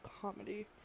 comedy